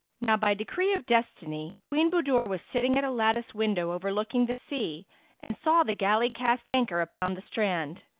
now by decree of destiny, queen budur was sitting at a lattice-window overlooking the sea and saw the galley cast anchor upon the strand.